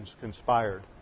conspired